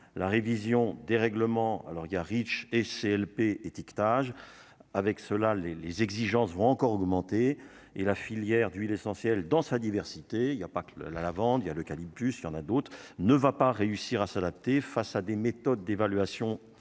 la révision des règlements, alors il y a, riche et CLP étiquetage avec ceux là les les exigences vont encore augmenter, et la filière d'huile essentielle dans sa diversité, il y a pas que le la la vente il y a l'eucalyptus, il y en a d'autres ne va pas réussir à s'adapter face à des méthodes d'évaluation, il faut